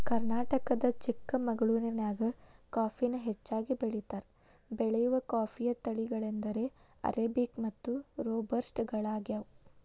ಕರ್ನಾಟಕದ ಚಿಕ್ಕಮಗಳೂರಿನ್ಯಾಗ ಕಾಫಿನ ಹೆಚ್ಚಾಗಿ ಬೆಳೇತಾರ, ಬೆಳೆಯುವ ಕಾಫಿಯ ತಳಿಗಳೆಂದರೆ ಅರೇಬಿಕ್ ಮತ್ತು ರೋಬಸ್ಟ ಗಳಗ್ಯಾವ